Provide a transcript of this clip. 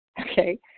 okay